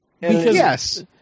Yes